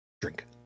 drink